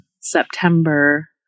September